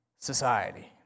society